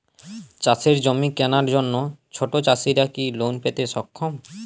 চাষের জমি কেনার জন্য ছোট চাষীরা কি লোন পেতে সক্ষম?